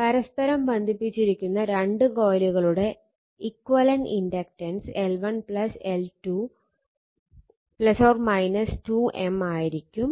പരസ്പരം ബന്ധിപ്പിച്ചിരിക്കുന്ന രണ്ട് കോയിലുകളുടെ equivalent inductance L1 L2 ± 2 M ആയിരിക്കും